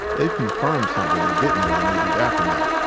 they've confirmed something they didn't in the immediate aftermath.